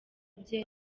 bye